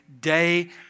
day